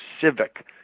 civic